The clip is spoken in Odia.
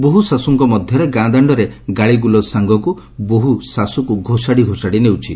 ବୋହୂ ଶାଶୂଙ୍କ ମଧ୍ୟରେ ଗାଁ ଦାଣ୍ଡରେ ଗାଳିଗୁଲଜ ସାଙ୍ଗକୁ ବୋହୁ ଶାଶୃକୁ ଘୋଷାଡ଼ି ଘୋଷାଡ଼ି ନେଉଛି